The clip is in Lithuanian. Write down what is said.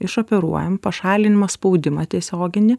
išoperuojam pašaliname spaudimą tiesioginį